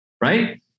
Right